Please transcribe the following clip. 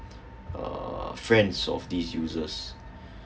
uh friends of these users